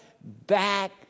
back